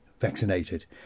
vaccinated